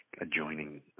adjoining